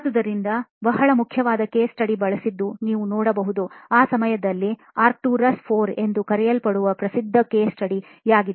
ಆದ್ದರಿಂದ ಬಹಳ ಮುಖ್ಯವಾದ ಕೇಸ್ ಸ್ಟಡಿ ಬಳಸಿದ್ದು ನೀವು ನೋಡಬಹುದು ಆ ಸಮಯದಲ್ಲಿ ಆರ್ಕ್ಟುರಸ್ IV ಎಂದು ಕರೆಯಲ್ಪಡುವ ಅತ್ಯಂತ ಪ್ರಸಿದ್ಧ ಕೇಸ್ ಸ್ಟಡಿ ಯಾಗಿದೆ